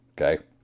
Okay